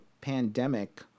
pandemic